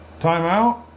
Timeout